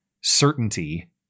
certainty